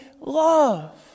love